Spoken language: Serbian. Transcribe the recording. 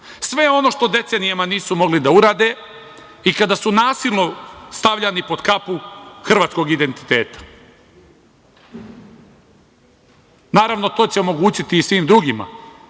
Sve ono što decenijama nisu mogli da urade, i kada su nasilno stavljani pod kapu hrvatskog identiteta. Naravno, to će omogućiti i svim drugima